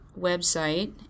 website